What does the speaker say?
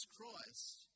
Christ